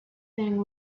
thing